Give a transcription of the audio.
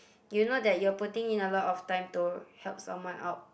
you know that you're putting in a lot of time to help someone out